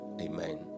Amen